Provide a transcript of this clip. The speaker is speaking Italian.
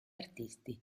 artisti